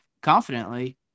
confidently